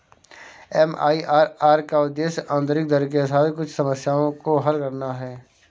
MIRR का उद्देश्य आंतरिक दर के साथ कुछ समस्याओं को हल करना है